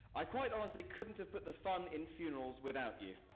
i quite honestly couldn't have put the fun in funerals without you!